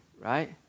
right